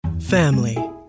Family